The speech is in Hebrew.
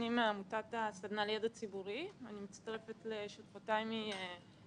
אני אומר זאת בצורה מאוד מאוד ברורה.